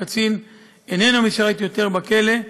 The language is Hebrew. הקצין איננו משרת יותר בכלא,